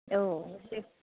औ दे